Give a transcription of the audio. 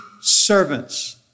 servants